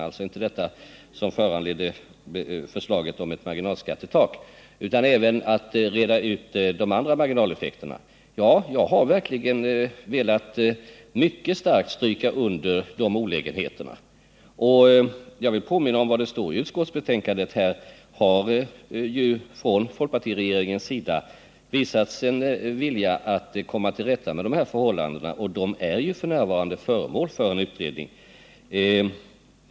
Det gäller alltså inte vad som föranledde förslaget om ett marginalskattetak utan de andra marginaleffekterna. Ja, jag har verkligen mycket starkt velat stryka under olägenheterna och vill påminna om vad som står i utskottsbetänkandet. Här har ju folkpartiregeringen visat en vilja att komma till rätta med förhållandena, som ju f.n. också utreds.